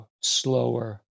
slower